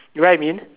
you know what I mean